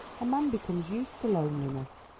a man becomes used to loneliness.